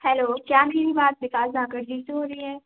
hello क्या मेरी बात विकास धाकड़ जी से हो रही है